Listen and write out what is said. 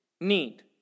need